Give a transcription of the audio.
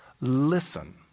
listen